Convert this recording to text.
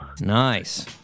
nice